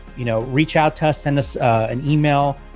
you know, reach out to us send us an email.